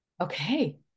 Okay